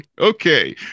Okay